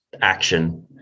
action